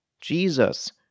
Jesus